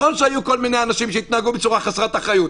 נכון שהיו כל מיני אנשים שהתנהגו בצורה חסרת אחריות,